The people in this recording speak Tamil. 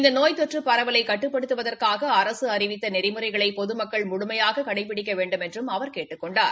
இந்த நோய் தொற்று பரவலை கட்டுப்படுத்துவதற்காக அரசு அறிவித்த நெறிமுறைகளை பொதுமக்கள் முழுமமையாக கடைபிடிக்க வேண்டுமென்றும் அவர் கேட்டுக் கொண்டார்